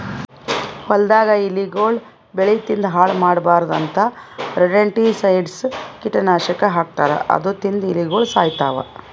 ಹೊಲ್ದಾಗ್ ಇಲಿಗೊಳ್ ಬೆಳಿ ತಿಂದ್ ಹಾಳ್ ಮಾಡ್ಬಾರ್ದ್ ಅಂತಾ ರೊಡೆಂಟಿಸೈಡ್ಸ್ ಕೀಟನಾಶಕ್ ಹಾಕ್ತಾರ್ ಅದು ತಿಂದ್ ಇಲಿಗೊಳ್ ಸಾಯ್ತವ್